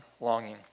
longing